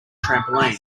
trampoline